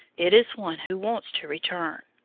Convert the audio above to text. it is one who wants to return.